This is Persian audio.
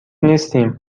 نیستیم